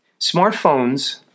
smartphones